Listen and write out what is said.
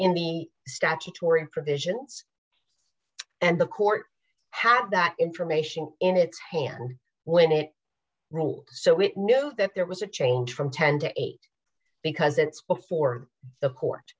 in the statutory provisions and the court have that information in its hand when it rules so we know that there was a change from ten to eight because it's before the court